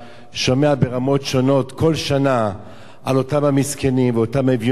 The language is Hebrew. שומע ברמות שונות כל שנה על אותם המסכנים ואותם האביונים,